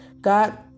God